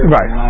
Right